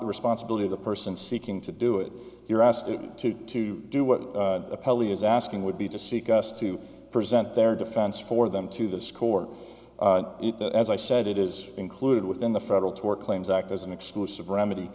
responsibility of the person seeking to do it you're asked to to do what the public is asking would be to seek us to present their defense for them to the score as i said it is included within the federal tort claims act as an exclusive remedy